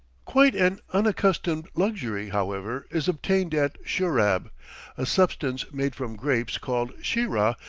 quite an unaccustomed luxury, however, is obtained at shurab a substance made from grapes, called sheerah,